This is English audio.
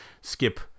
skip